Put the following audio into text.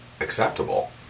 acceptable